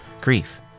grief